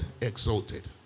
exalted